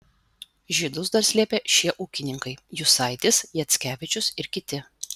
žydus dar slėpė šie ūkininkai jusaitis jackevičius ir kiti